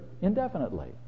indefinitely